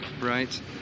Right